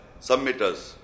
submitters